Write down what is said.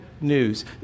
news